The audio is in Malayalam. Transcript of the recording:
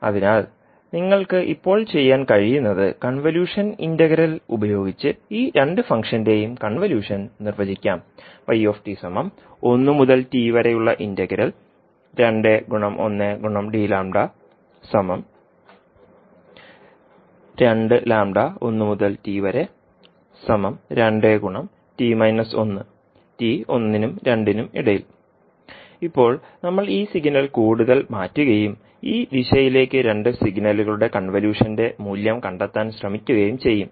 അതിനാൽ നിങ്ങൾക്ക് ഇപ്പോൾ ചെയ്യാൻ കഴിയുന്നത് കൺവല്യൂഷൻ ഇന്റഗ്രൽ ഉപയോഗിച്ച് ഈ രണ്ട് ഫംഗ്ഷന്റെയും കൺവല്യൂഷൻ നിർവചിക്കാം ഇപ്പോൾ നമ്മൾ ഈ സിഗ്നൽ കൂടുതൽ മാറ്റുകയും ഈ ദിശയിലേക്ക് രണ്ട് സിഗ്നലുകളുടെ കൺവല്യൂഷന്റെ മൂല്യം കണ്ടെത്താൻ ശ്രമിക്കുകയും ചെയ്യും